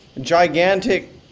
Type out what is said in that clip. gigantic